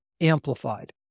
amplified